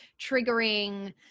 triggering